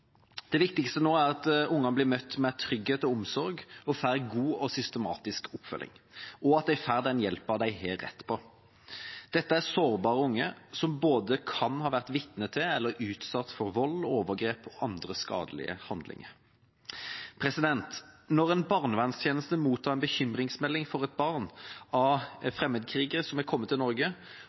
Det viktigste nå er at de blir møtt med trygghet og omsorg og får god og systematisk oppfølging, og at de får den hjelpen de har rett på. Dette er sårbare unger som kan ha vært vitne til eller utsatt for vold, overgrep og andre skadelige handlinger. Når en barnevernstjeneste mottar en bekymringsmelding for et barn av fremmedkrigere, som er kommet til Norge,